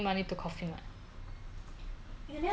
because the whole day you been spending 妹 you spend money for what